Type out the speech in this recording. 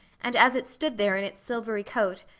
and as it stood there in its silvery coat,